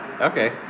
Okay